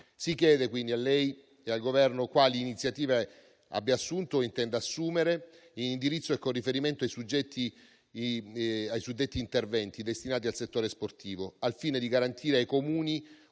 si chiede, quindi, a lei e al Governo quali iniziative abbia assunto o intenda assumere il Ministro in indirizzo con riferimento ai suddetti interventi destinati al settore sportivo, al fine di garantire ai Comuni